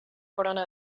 corona